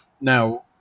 Now